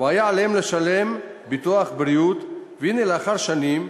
והיה עליהם לשלם ביטוח בריאות, והנה, לאחר שנים,